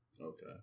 Okay